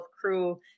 crew